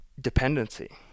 dependency